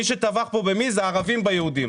כי מי שטבח פה במישהו זה הערבים ביהודים.